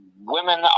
women